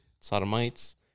sodomites